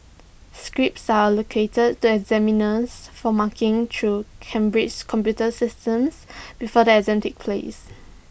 scripts are allocated to examiners for marking through Cambridge's computer systems before the exams take place